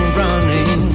running